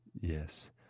Yes